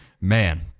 Man